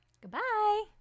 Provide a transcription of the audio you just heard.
Goodbye